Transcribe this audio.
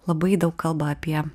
labai daug kalba apie